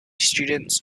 students